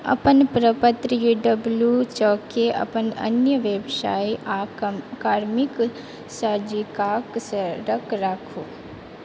अपन प्रपत्र डब्ल्यू चारिकेँ अपन अन्य व्यवसाय आ कार्मिक सञ्चिकाक सङ्ग राखू